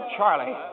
Charlie